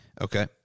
Okay